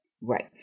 Right